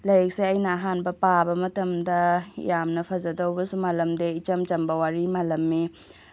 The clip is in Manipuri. ꯂꯥꯏꯔꯤꯛꯁꯦ ꯑꯩꯅ ꯑꯍꯥꯟꯕ ꯄꯥꯕ ꯃꯇꯝꯗ ꯌꯥꯝꯅ ꯐꯖꯗꯧꯒꯁꯨ ꯃꯥꯜꯂꯝꯗꯦ ꯏꯆꯝ ꯆꯝꯕ ꯋꯥꯔꯤ ꯃꯥꯜꯂꯝꯃꯤ